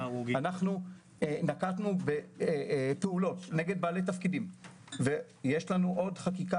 אנחנו נקטנו בפעולות נגד בעלי תפקידים ויש לנו עוד חקיקה